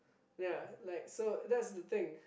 ya like so that's the thing